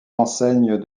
enseignes